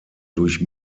durch